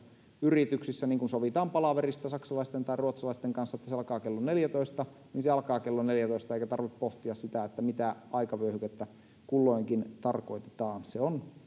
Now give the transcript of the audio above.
yrityksissä niin kun sovitaan palaverista saksalaisten tai ruotsalaisten kanssa että se alkaa kello neljätoista niin se alkaa kello neljätoista eikä tarvitse pohtia mitä aikavyöhykettä kulloinkin tarkoitetaan se on